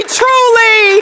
truly